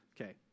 Okay